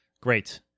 Great